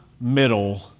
middle